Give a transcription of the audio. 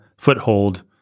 foothold